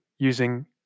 using